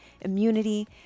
immunity